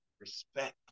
respect